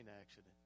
accident